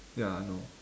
ya I know